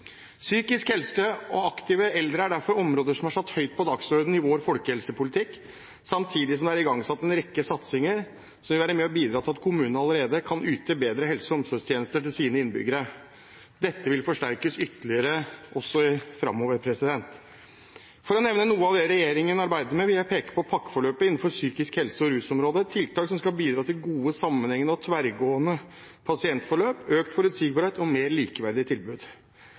Psykisk helse og aktive eldre er derfor områder som er satt høyt på dagsordenen i vår folkehelsepolitikk, samtidig som det er igangsatt en rekke satsinger som vil være med og bidra til at kommunene allerede kan yte bedre helse- og omsorgstjenester til sine innbyggere. Dette vil forsterkes ytterligere framover. For å nevne noe av det regjeringen arbeider med, vil jeg peke på pakkeforløpet innenfor psykisk helse og rusområdet, tiltak som skal bidra til gode, sammenhengende og tverrgående pasientforløp, økt forutsigbarhet og mer likeverdige tilbud.